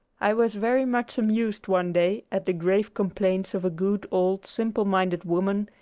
i was very much amused one day at the grave complaints of a good old, simple-minded woman,